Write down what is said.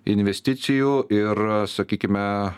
investicijų ir sakykime